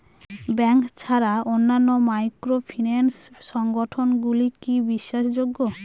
Bank ছাড়া অন্যান্য microfinance সংগঠন গুলি কি বিশ্বাসযোগ্য?